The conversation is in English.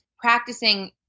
Practicing